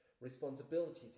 responsibilities